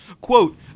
Quote